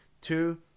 two